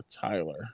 Tyler